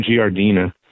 Giardina